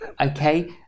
Okay